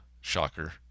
shocker